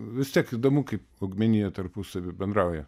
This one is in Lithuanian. vis tiek įdomu kaip augmenija tarpusavy bendrauja